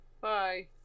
bye